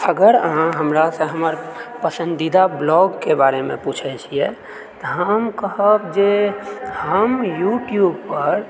अगर अहाँ हमरासँ हमर पसन्दीदा ब्लॉगके बारेमे पुछए छिऐ तऽ हम कहब जे हम यूट्यूब पर